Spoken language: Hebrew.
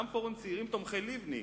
גם פורום צעירים תומכי לבני,